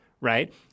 Right